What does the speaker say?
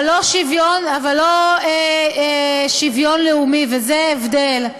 אבל לא שוויון לאומי, וזה ההבדל: